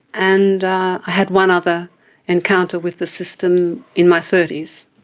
and i had one other encounter with the system in my thirty s.